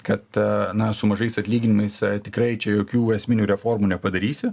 kad na su mažais atlyginimais tikrai čia jokių esminių reformų nepadarysi